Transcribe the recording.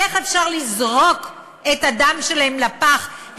איך אפשר לזרוק את הדם שלהם לפח,